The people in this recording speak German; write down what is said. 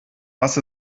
was